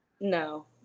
No